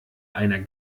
einer